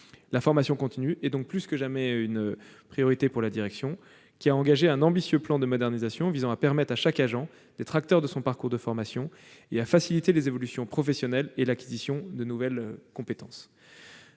La formation continue est donc plus que jamais une priorité pour la DGFiP, qui a engagé un ambitieux plan de modernisation visant à permettre à chaque agent d'être acteur de son parcours de formation et à faciliter les évolutions professionnelles et l'acquisition de nouvelles compétences.